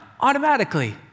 automatically